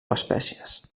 espècies